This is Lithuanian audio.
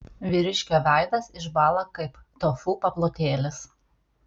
vyriškio veidas išbąla kaip tofu paplotėlis